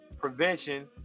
prevention